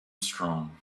strong